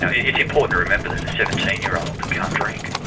ah it's important to remember that a seventeen year old can't drink,